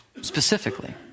specifically